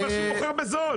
הוא פשוט מוכר בזול.